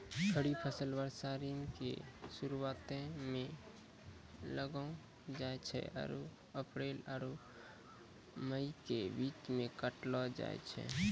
खरीफ फसल वर्षा ऋतु के शुरुआते मे लगैलो जाय छै आरु अप्रैल आरु मई के बीच मे काटलो जाय छै